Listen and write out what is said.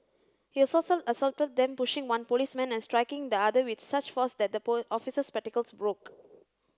he assaulted them pushing one policeman and striking the other with such force that the officer's spectacles broke